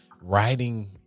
writing